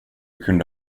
kunde